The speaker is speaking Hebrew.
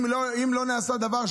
אם לא נעשה דבר,